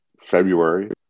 February